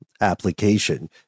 application